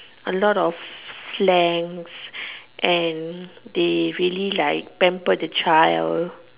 a lot of slang and they really like pamper the child